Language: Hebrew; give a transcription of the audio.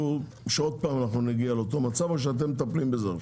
שעוד פעם נגיע לאותו מצב או שאתם מטפלים בזה?